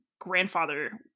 grandfather